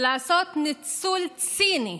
לעשות ניצול ציני,